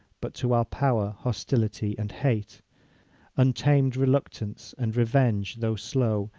but to our power, hostility and hate untam'd reluctance, and revenge, though slow,